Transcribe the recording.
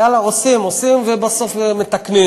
יאללה, עושים, עושים ובסוף מתקנים.